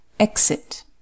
Exit